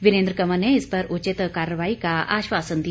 वीरेंद्र कंवर ने इस पर उचित कार्रवाई का आश्वसन दिया